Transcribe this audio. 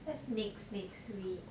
that's next next week